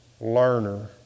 learner